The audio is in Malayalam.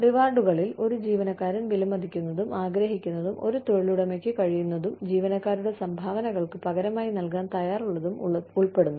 റിവാർഡുകളിൽ ഒരു ജീവനക്കാരൻ വിലമതിക്കുന്നതും ആഗ്രഹിക്കുന്നതും ഒരു തൊഴിലുടമയ്ക്ക് കഴിയുന്നതും ജീവനക്കാരുടെ സംഭാവനകൾക്ക് പകരമായി നൽകാൻ തയ്യാറുള്ളതും ഉൾപ്പെടുന്നു